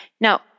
Now